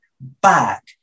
back